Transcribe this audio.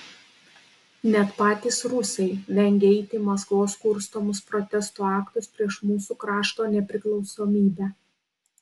net patys rusai vengia eiti į maskvos kurstomus protestų aktus prieš mūsų krašto nepriklausomybę